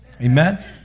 Amen